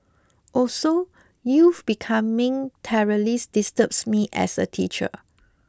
also youth becoming terrorists disturbs me as a teacher